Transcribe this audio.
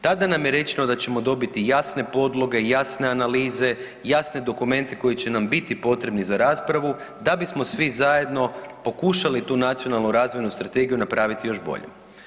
Tada nam je rečeno da ćemo dobiti jasne podloge, jasne analize, jasne dokumente koji će nam biti potrebi za raspravu, da bismo svi zajedno pokušali tu Nacionalnu razvojnu strategiju napraviti još boljom.